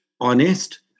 honest